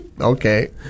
Okay